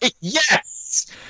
Yes